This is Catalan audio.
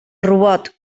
robot